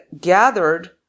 gathered